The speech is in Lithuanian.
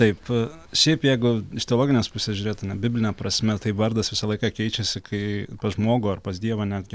taip šiaip jeigu iš teologinės pusės žiūrėtume bibline prasme tai vardas visą laiką keičiasi kai pas žmogų ar pas dievą netgi